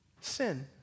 Sin